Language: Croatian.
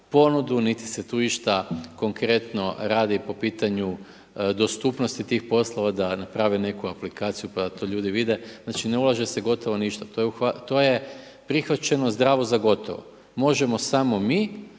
niti se tu išta konkretno radi po pitanju dostupnosti tih poslova da naprave neku aplikaciju pa da to ljudi vide, znači ne ulaže se gotovo ništa, to je prihvaćeno zdravo za gotovo. Možemo samo mi,